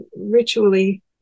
ritually